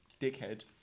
dickhead